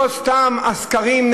לא סתם הסקרים,